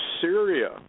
Syria